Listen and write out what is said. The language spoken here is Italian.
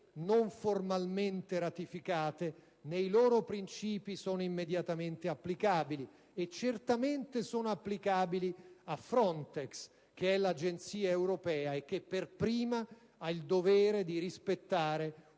non formalmente ratificate nei loro principi, sono immediatamente applicabili, e certamente sono applicabili a Frontex, l'agenzia europea, che per prima ha il dovere di rispettare